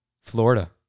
Florida